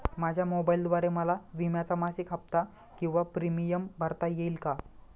माझ्या मोबाईलद्वारे मला विम्याचा मासिक हफ्ता किंवा प्रीमियम भरता येईल का?